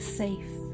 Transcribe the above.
safe